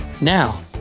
Now